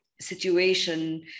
situation